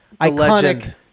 iconic